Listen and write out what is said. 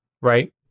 right